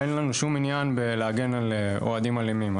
אין לנו שום עניין בלהגן על אוהדים אלימים.